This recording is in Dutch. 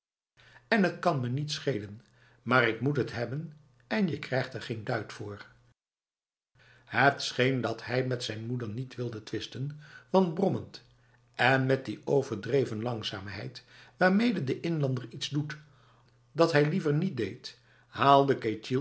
en t kan me niet schelen maar ik moet het hebben en je krijgt er geen duit voor het scheen dat hij met zijn moeder niet wilde twisten want brommend en met die overdreven langzaamheid waarmede de inlander iets doet dat hij liever niet deed haalde